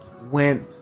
went